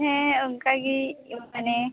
ᱦᱮᱸ ᱚᱱᱠᱟᱜᱮ ᱢᱟᱱᱮ